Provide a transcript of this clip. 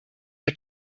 der